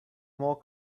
more